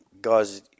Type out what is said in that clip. guys